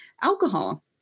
alcohol